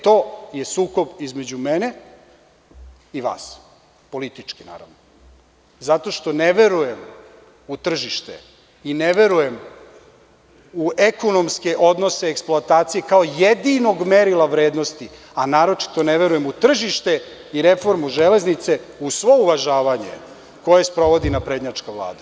To je sukob između mene i vas, politički naravno, zato što ne verujem u tržište i ne verujem u ekonomske odnose eksploatacije kao jedinog merila vrednosti, a naročito ne verujem u tržište i reformu „Železnice“ uz svo uvažavanje koje sprovodi Naprednjačka Vlada.